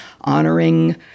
honoring